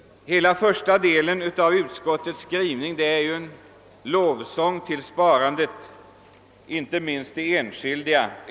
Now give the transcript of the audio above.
Hela första delen av utskottets skrivning är en lovsång till sparandet, inte minst det enskilda.